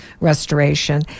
restoration